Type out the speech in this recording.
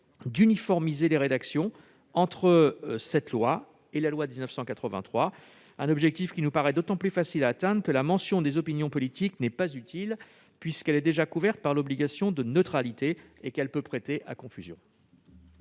uniformisant les rédactions de ce projet de loi et de la loi de 1983. Un objectif qui nous paraît d'autant plus facile à atteindre que la mention des opinions politiques n'est pas utile, puisqu'elle est déjà couverte par l'obligation de neutralité. De plus, elle peut prêter à confusion.